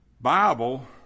Bible